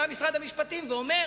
בא משרד המשפטים ואומר: